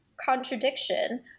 contradiction